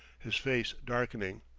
his face darkening.